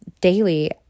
daily